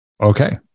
Okay